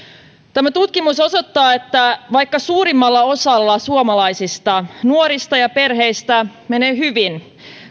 tämä tutkimus osoittaa että vaikka suurimmalla osalla suomalaisista nuorista ja perheistä menee hyvin